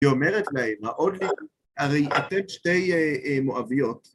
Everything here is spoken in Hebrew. היא אומרת להם, הרי אתן שתי מואביות.